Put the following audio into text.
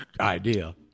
Idea